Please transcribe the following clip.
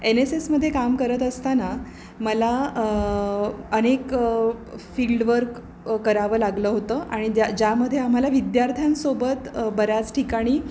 N S एसमध्ये काम करत असताना मला अनेक फील्ड वर्क करावं लागलं होतं आणि ज्या ज्यामध्ये आम्हाला विद्यार्थ्यांसोबत बऱ्याच ठिकाणी